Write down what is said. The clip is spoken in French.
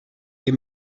les